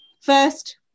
first